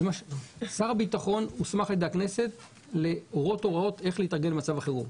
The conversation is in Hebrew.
שר הביטחון הוסמך על ידי הכנסת להורות הוראות איך להתארגן למצב החירום.